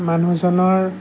মানুহজনৰ